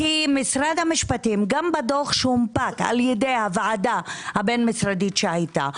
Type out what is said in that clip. כי משרד המשפטים גם בדוח שהונפק על ידי הוועדה הבין משרדית שהייתה,